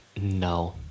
no